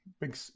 big